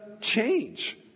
change